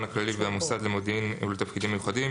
הכללי והמוסד למודיעין ולתפקידים מיוחדים